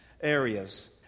areas